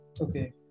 Okay